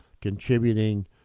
contributing